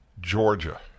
Georgia